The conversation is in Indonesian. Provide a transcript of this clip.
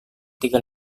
tiga